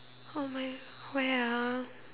oh my where ah